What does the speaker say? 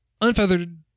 unfeathered